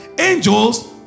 angels